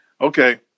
okay